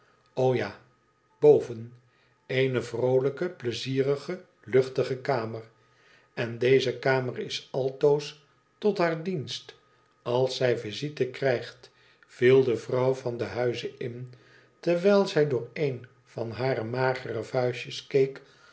o ja boven eene vroolijke pleizierige luchtige kamer n deze kamer is altoos tot haar dienst als zij visite krijgt viel de vronw van den huize in terwijl zij door een van hare magere vuistjes